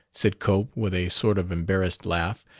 said cope, with a sort of embarrassed laugh,